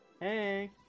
Hey